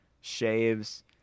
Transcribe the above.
shaves